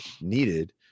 needed